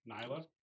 Nyla